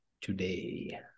today